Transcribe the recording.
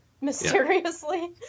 mysteriously